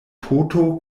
poto